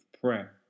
prayer